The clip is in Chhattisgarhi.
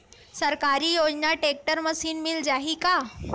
सरकारी योजना टेक्टर मशीन मिल जाही का?